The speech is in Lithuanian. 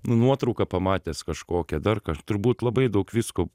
nu nuotrauką pamatęs kažkokią dar ką turbūt labai daug visko